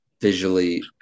visually